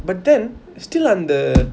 but then still அந்த:antha